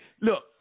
Look